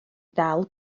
ddal